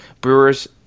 Brewers